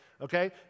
okay